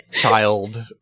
child